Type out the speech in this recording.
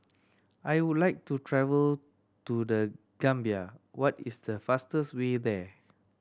I would like to travel to The Gambia what is the fastest way there